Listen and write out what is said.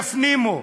יפנימו,